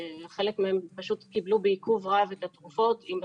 חלק מהם פשוט קיבלו בעיכוב רב את התרופות אם בכלל.